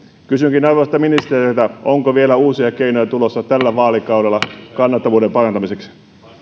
kysynkin arvoisalta ministeriltä onko vielä uusia keinoja tulossa tällä vaalikaudella kannattavuuden parantamiseksi